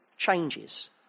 Changes